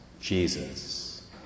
Jesus